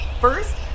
first